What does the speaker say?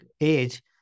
age